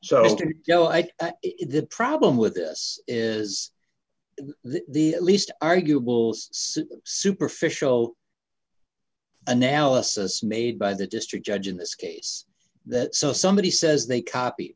that the problem with this is the least arguable superficial analysis made by the district judge in this case that so somebody says they copy